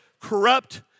corrupt